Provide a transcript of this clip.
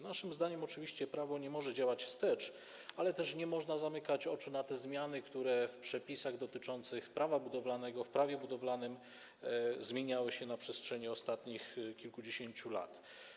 Naszym zdaniem prawo nie może działać wstecz, ale też nie można zamykać oczu na te zmiany, które w przepisach dotyczących Prawa budowlanego, w przepisach Prawa budowlanego zmieniały się na przestrzeni ostatnich kilkudziesięciu lat.